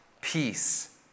peace